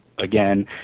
again